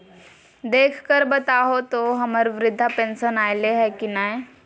देख कर बताहो तो, हम्मर बृद्धा पेंसन आयले है की नय?